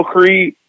Creed